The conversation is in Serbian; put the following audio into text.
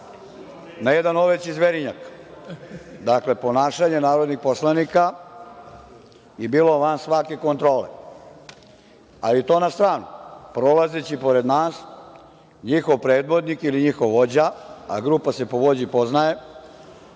na oveći zverinjak. Dakle, ponašanje narodnih poslanika je bilo van svake kontrole, ali to na stranu. Prolazeći pored nas njihov predvodnik ili njihov vođa, a grupa se po vođi poznaje,